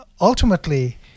ultimately